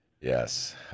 Yes